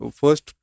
first